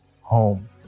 home